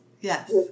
Yes